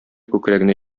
күкрәгенә